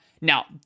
Now